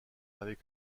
avec